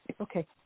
Okay